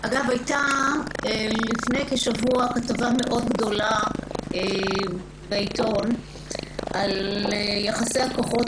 אגב הייתה לפני כשבוע כתבה גדולה מאוד בעיתון על יחסי הכוחות